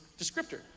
descriptor